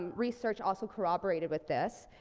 um research also corroborated with this.